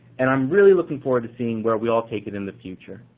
and i'm really looking forward to seeing where we all take it in the future.